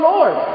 Lord